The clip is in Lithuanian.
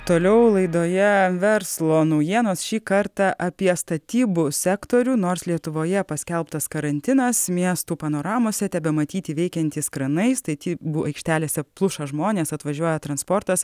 toliau laidoje verslo naujienos šį kartą apie statybų sektorių nors lietuvoje paskelbtas karantinas miestų panoramose tebematyti veikiantys kranai statybų aikštelėse pluša žmonės atvažiuoja transportas